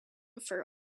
for